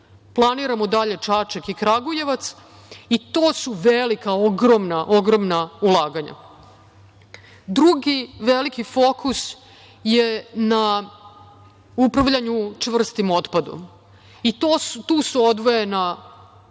Planiramo dalje Čačak i Kragujevac i to su velika, ogromna ulaganja. Drugi veliki fokus je na upravljanju čvrstim otpadom i tu su odvojena